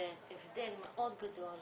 זה הבדל מאוד גדול,